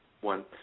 one